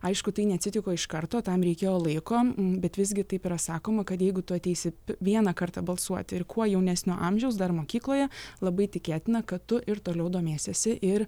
aišku tai neatsitiko iš karto tam reikėjo laiko bet visgi taip yra sakoma kad jeigu tu ateisi vieną kartą balsuoti ir kuo jaunesnio amžiaus dar mokykloje labai tikėtina kad tu ir toliau domėsiesi ir